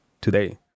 today